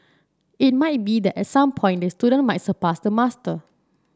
it might be that at some point the student might surpass the master